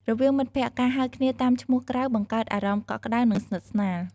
រវាងមិត្តភក្តិ ការហៅគ្នាតាមឈ្មោះក្រៅបង្កើតអារម្មណ៍កក់ក្ដៅ និងស្និទ្ធស្នាល។